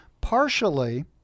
partially